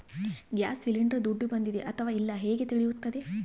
Gas cylinder ದುಡ್ಡು ಬಂದಿದೆ ಅಥವಾ ಇಲ್ಲ ಹೇಗೆ ತಿಳಿಯುತ್ತದೆ?